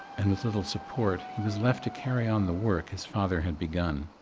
and with little support, he was left to carry on the work his father had begun.